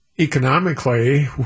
economically